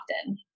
often